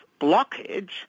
blockage